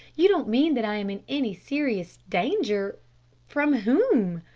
you don't mean that i am in any serious danger from whom?